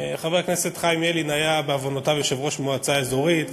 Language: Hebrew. חבר הכנסת חיים ילין היה בעוונותיו ראש מועצה אזורית,